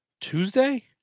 Tuesday